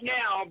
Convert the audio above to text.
now